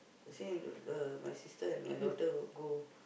you say uh my sister and my daughter will go